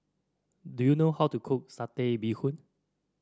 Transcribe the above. do you know how to cook Satay Bee Hoon